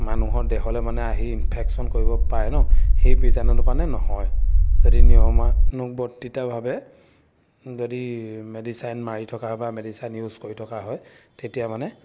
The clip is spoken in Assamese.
মানুহৰ দেহলৈ মানে আহি ইনফেকশ্যন কৰিব পাৰে ন সেই বীজাণুটো মানে নহয় যদি নিয়মানুৱৰ্তিতাভাৱে যদি মেডিচাইন মাৰি থকা হয় বা মেডিচাইন ইউজ কৰি থকা হয় তেতিয়া মানে